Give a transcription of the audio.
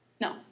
no